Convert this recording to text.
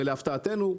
להפתעתנו,